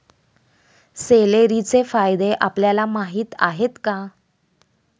सेलेरीचे फायदे आपल्याला माहीत आहेत का?